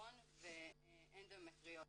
קרוהן ואנדומטריוזיס.